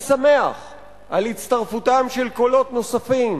אני שמח על הצטרפותם של קולות נוספים